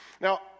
Now